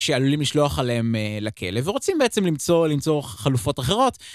שעלולים לשלוח עליהם לכלא ורוצים בעצם למצוא חלופות אחרות.